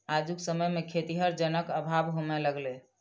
आजुक समय मे खेतीहर जनक अभाव होमय लगलै